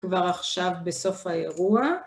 כבר עכשיו בסוף האירוע.